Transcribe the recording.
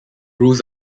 rules